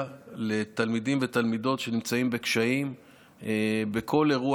לתלמידים ותלמידות שנמצאים בקשיים בכל אירוע